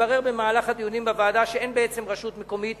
והתברר במהלך הדיונים בוועדה שאין בעצם רשות מקומית